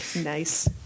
Nice